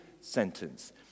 sentence